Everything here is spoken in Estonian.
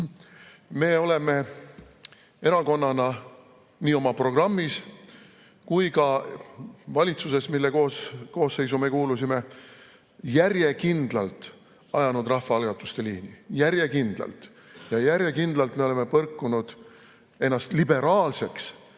oleme erakonnana nii oma programmis kui ka valitsuses, mille koosseisu me kuulusime, järjekindlalt ajanud rahvaalgatuste liini. Järjekindlalt! Ja järjekindlalt me oleme põrkunud ennast liberaalseks